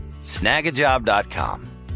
snagajob.com